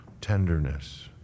Tenderness